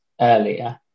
earlier